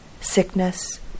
sickness